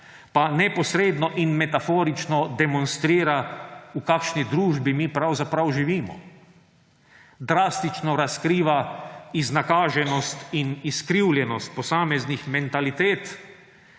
pa neposredno in metaforično demonstrira, v kakšni družbi mi pravzaprav živimo. Drastično razkriva iznakaženost in izkrivljenost posameznih mentalitet,